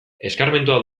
eskarmentua